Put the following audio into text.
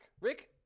Rick